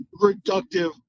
reductive